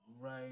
right